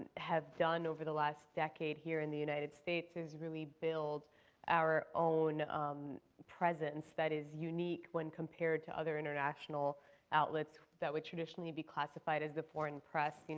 have done over the last decade here in the united states is really build our own presence that is unique when compared to other international outlets that would traditionally be classified as the foreign press. you know